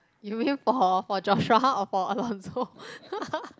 you mean for for Joshua or for Alonso